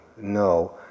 No